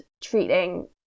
treating